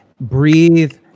breathe